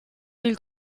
del